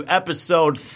episode